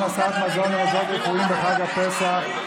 הכנסת מזון למוסדות רפואיים בחג הפסח),